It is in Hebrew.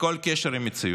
כל קשר עם המציאות.